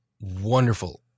wonderful